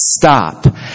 stop